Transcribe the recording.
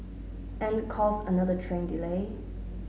and cause another train delay